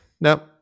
nope